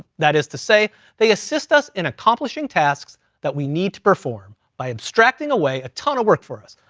that is to say they assist us in accomplishing tasks that we need to perform by abstracting away a ton of work for us.